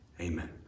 amen